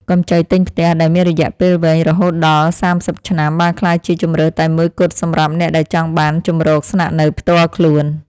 កម្ចីទិញផ្ទះដែលមានរយៈពេលវែងរហូតដល់សាមសិបឆ្នាំបានក្លាយជាជម្រើសតែមួយគត់សម្រាប់អ្នកដែលចង់បានជម្រកស្នាក់នៅផ្ទាល់ខ្លួន។